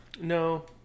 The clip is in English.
no